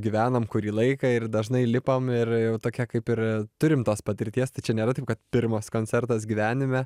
gyvenom kurį laiką ir dažnai lipam ir jau tokia kaip ir turim tos patirties tai čia nėra taip kad pirmas koncertas gyvenime